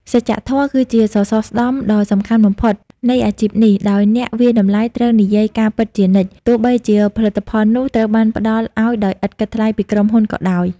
សច្ចធម៌គឺជាសសរស្តម្ភដ៏សំខាន់បំផុតនៃអាជីពនេះ ដោយអ្នកវាយតម្លៃត្រូវនិយាយការពិតជានិច្ច ទោះបីជាផលិតផលនោះត្រូវបានផ្តល់ឱ្យដោយឥតគិតថ្លៃពីក្រុមហ៊ុនក៏ដោយ។